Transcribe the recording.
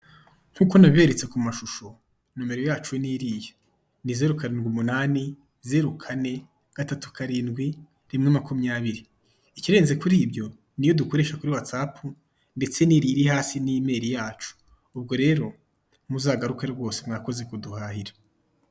Nkuko nabiberetse ku mashusho nimero yacu ni iriya. Ni zeru karindwi umunani zeru kane gatatu karindwi rimwe makumyabiri ikirenze kuri ibyo niyodukoresha kuri watsapu ndetse n'iriya iri hasi ni imeri yacu ubwo rero muzagaruke rwose mwakoze kuduhahira.